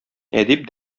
әдип